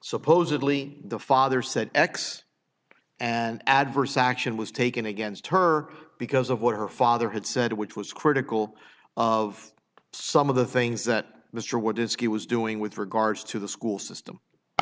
supposedly the father said x and adverse action was taken against her because of what her father had said which was critical of some of the things that mr what does he was doing with regards to the school system i